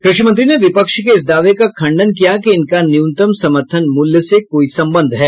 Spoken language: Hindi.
कृषि मंत्री ने विपक्ष के इस दावे का खण्डन किया कि इनका न्यूनतम समर्थन मूल्य से कोई संबंध है